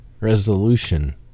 resolution